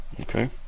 Okay